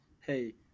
hey